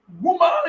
woman